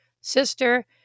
sister